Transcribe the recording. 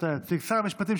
שאותה יציג שר המשפטים,